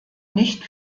nicht